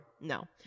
No